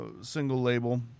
single-label